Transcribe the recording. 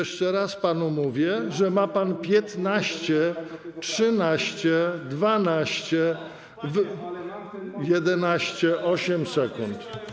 Jeszcze raz panu mówię, że ma pan 15, 13, 12, 11, 8 sekund.